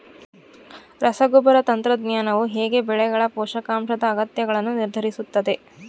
ರಸಗೊಬ್ಬರ ತಂತ್ರಜ್ಞಾನವು ಹೇಗೆ ಬೆಳೆಗಳ ಪೋಷಕಾಂಶದ ಅಗತ್ಯಗಳನ್ನು ನಿರ್ಧರಿಸುತ್ತದೆ?